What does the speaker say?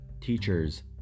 teachers